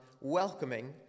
welcoming